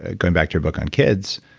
ah going back to your book on kids,